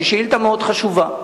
שהיא שאילתא מאוד חשובה,